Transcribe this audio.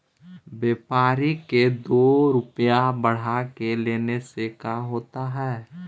व्यापारिक के दो रूपया बढ़ा के लेने से का होता है?